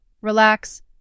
relax